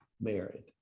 married